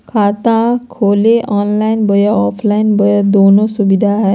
खाता खोले के ऑनलाइन बोया ऑफलाइन बोया दोनो सुविधा है?